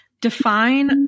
Define